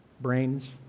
brains